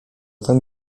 ten